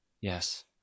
Yes